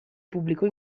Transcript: pubblico